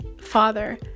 Father